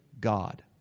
God